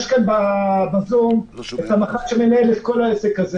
יש כאן בזום את המח"ט שניהל את כל העסק הזה